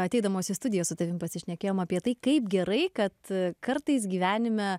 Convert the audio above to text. ateidamos į studiją su tavimi pasišnekėjom apie tai kaip gerai kad kartais gyvenime